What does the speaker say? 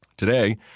Today